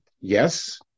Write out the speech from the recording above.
yes